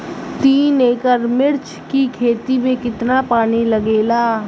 तीन एकड़ मिर्च की खेती में कितना पानी लागेला?